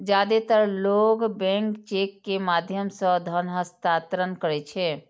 जादेतर लोग bank cheque के माध्यम सं धन हस्तांतरण करै छै